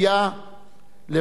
למען העם בישראל,